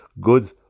good